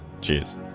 Cheers